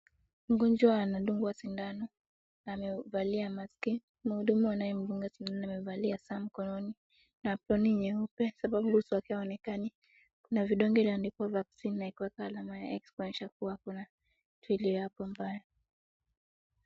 Mgonjwa anadungwa sindano na amevalia maski. Mhudumu anayemdunga sindano amevalia saa mkononi na aproni nyeuepe kwa sababu uso wake hauonekani na vidonge vilivyo andikwa vaccine na kuwekwa alama ya X kuonyesha kuna kitu iliyo hapo mbaya.